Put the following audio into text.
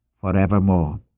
forevermore